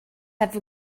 have